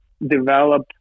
develop